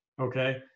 Okay